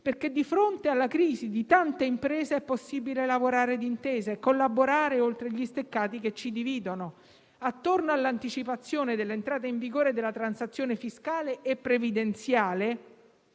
aiuto. Di fronte alla crisi di tante imprese è infatti possibile lavorare d'intesa e collaborare oltre gli steccati che ci dividono. Attorno all'anticipazione dell'entrata in vigore della transazione fiscale e previdenziale